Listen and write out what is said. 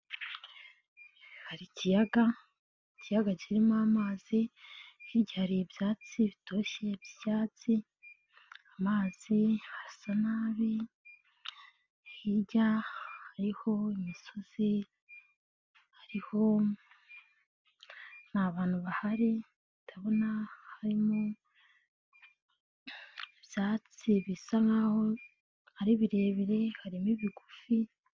Ikiyaga kirimo amazi hirya yacyo hari ibyatsi bitoshye kandi hari amazi asa nabi, hirya kandi hari imisozi uretse imisozi kandi haboneka ibyatsi bisa nkaho ari birebire n'ibigufi.